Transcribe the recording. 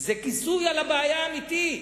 זה כיסוי על הבעיה האמיתית.